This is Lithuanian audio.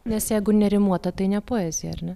nes jeigu nerimuota tai ne poezija ar ne